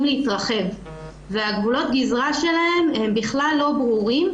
להתרחב וגבולות הגזרה שלהם הם בכלל לא ברורים,